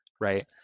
Right